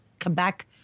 Quebec